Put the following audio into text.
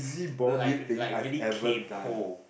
like like really kaypo